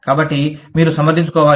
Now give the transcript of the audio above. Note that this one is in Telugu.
కాబట్టి మీరు సమర్థించుకోవాలి